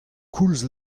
koulz